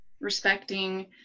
respecting